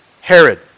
Herod